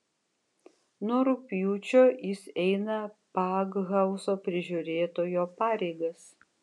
nuo rugpjūčio jis eina pakhauzo prižiūrėtojo pareigas